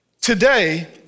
Today